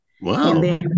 Wow